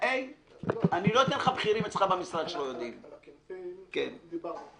על הקמפיין דיברנו.